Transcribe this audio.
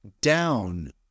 down